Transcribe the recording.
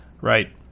right